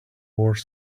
more